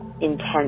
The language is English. intense